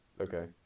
Okay